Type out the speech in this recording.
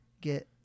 get